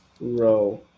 row